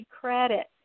credit